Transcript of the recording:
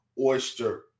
oyster